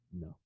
no